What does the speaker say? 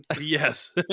Yes